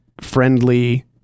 friendly